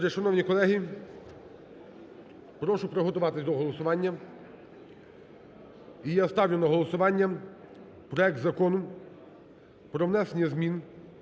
Отже, шановні колеги, прошу приготуватись до голосування. І я ставлю на голосування проект Закону про внесення змін